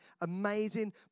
amazing